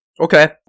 Okay